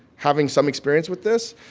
having some experience with this,